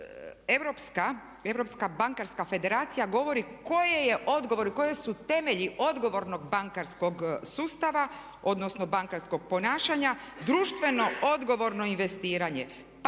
europska bankarska federacija govori koje je odgovor, koji su temelji odgovornog bankarskog sustava, odnosno bankarskog ponašanja društveno odgovorno investiranje